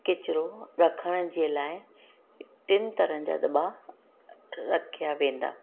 किचरो रखण जे लाइ टिनि तरहनि जा दॿा रखिया वेंदा